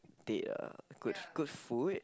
date ah good good food